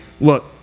look